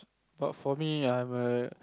but for me I'm a